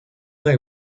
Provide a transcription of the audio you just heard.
they